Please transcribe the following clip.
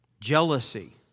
Jealousy